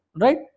right